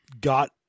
got